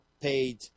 paid